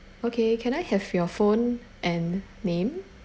okay can I have your phone and name